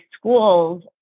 schools